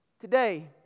Today